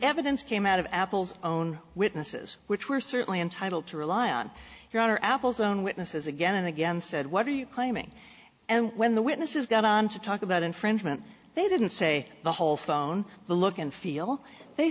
evidence came out of apple's own witnesses which were certainly entitled to rely on your honor apple's own witnesses again and again said what are you claiming and when the witnesses got on to talk about infringement they didn't say the whole phone the look and feel they